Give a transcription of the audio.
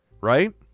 Right